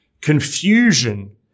confusion